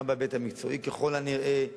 גם בהיבט המקצועי, ככל הנראה.